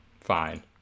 fine